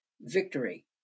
victory